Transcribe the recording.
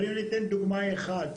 אם ניתן דוגמה אחת,